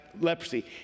leprosy